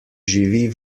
živi